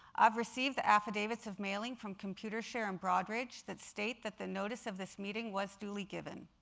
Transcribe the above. i've received the affidavits of mailing from computershare and broadridge that state that the notice of this meeting was duly given.